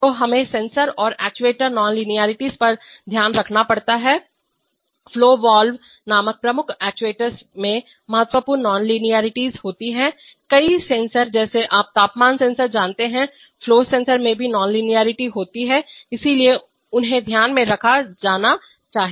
तो हमे सेंसर और एक्ट्यूएटर नॉनलाइनरिटीज पर का ध्यान रखना पड़ता है फ्लो वाल्व नामक प्रमुख एक्ट्यूएटर्स में महत्वपूर्ण नॉनलाइनरिटीज होती है कई सेंसर जैसे आप तापमान सेंसर जानते हैं फ्लो सेंसर में भी नॉनलाइनरिटी होती है इसलिए उन्हें ध्यान में रखा जाना चाहिए